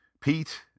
Pete